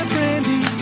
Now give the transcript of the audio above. Brandy